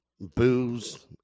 booze